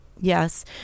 Yes